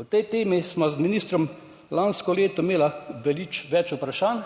O tej temi sva z ministrom lansko leto imela več vprašanj.